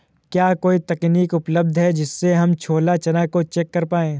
क्या कोई तकनीक उपलब्ध है जिससे हम छोला चना को चेक कर पाए?